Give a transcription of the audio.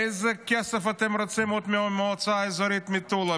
איזה עוד כסף אתם רוצים מהמועצה המקומית מטולה?